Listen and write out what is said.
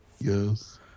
Yes